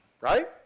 right